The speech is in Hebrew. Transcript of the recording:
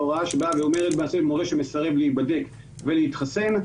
הוראה שאומרת שמורה שמסרב להיבדק ולהתחסן,